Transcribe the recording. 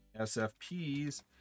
SFPs